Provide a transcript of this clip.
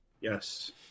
Yes